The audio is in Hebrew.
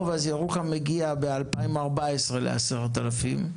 ירוחם הגיעה ל-10,000 תושבים ב-2014.